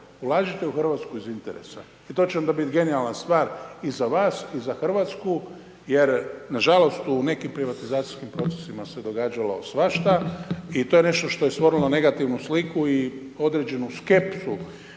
ulažite u Hrvatsku iz interesa i to će ona bit genijalna stvar i za vas i za Hrvatsku jer nažalost u nekim privatizacijskim procesima se događalo svašta i to je nešto što je stvorilo negativnu sliku i određenu skepsu